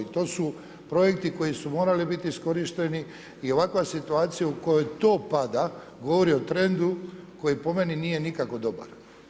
To su projekti koji su morali biti iskorišteni i ovakva situacija u kojoj to pada govori o trendu koji po meni nije nikako dobar.